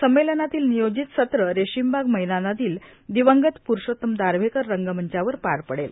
संमेलनातील नियोजित संत्रं रेशिमबाग मैदानातील दिवंगत पुरूषोत्तम दारव्हेकर रंगमंचावर पार पडेल